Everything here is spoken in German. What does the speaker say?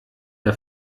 der